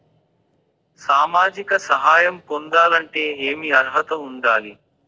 సామాజిక సహాయం పొందాలంటే ఏమి అర్హత ఉండాలి?